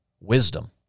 wisdom